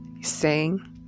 sing